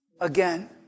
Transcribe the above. again